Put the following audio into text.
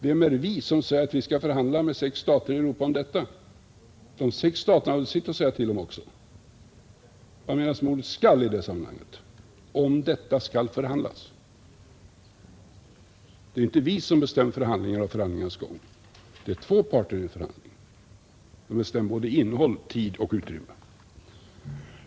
Vem är vi, som säger att vi skall förhandla med sex stater i Europa om detta? De sex staterna har väl sitt att säga till om också. Vad menas med ordet ”skall” i det sammanhanget: om detta skall förhandlas? Det är inte vi som bestämmer om förhandlingarna och deras gång. Det är två parter i förhandlingar som bestämmer såväl innehåll, tid som utrymme.